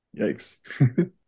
yikes